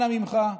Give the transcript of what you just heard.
אנא ממך,